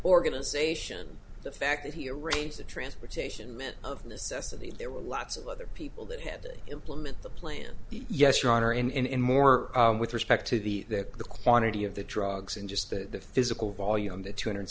organization the fact that he arranged the transportation meant of necessity there were lots of other people that had to implement the plan yes your honor and more with respect to the that the quantity of the drugs and just the physical volume on the two hundred